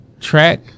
Track